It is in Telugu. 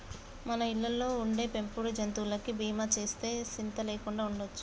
మన ఇళ్ళలో ఉండే పెంపుడు జంతువులకి బీమా సేస్తే సింత లేకుండా ఉండొచ్చు